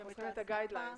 אנחנו צריכים את ה-גייד ליין.